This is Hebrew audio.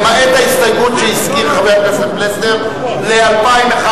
למעט ההסתייגות שהזכיר חבר הכנסת פלסנר ל-2011.